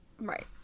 Right